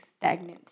stagnant